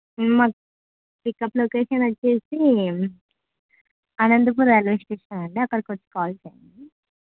మాకు pickup location వచ్చేసి Anantapur railway station అండి అక్కడికి వచ్చి కాల్ చేయండి